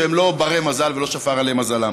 שהם לא בני-מזל ולא שפר עליהם מזלם.